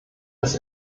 das